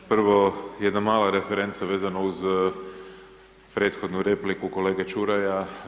Prvo, jedna mala referenca vezano uz prethodnu repliku kolege Čuraja.